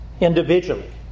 individually